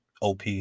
OP